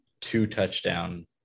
two-touchdown